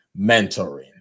mentoring